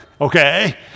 okay